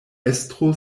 estro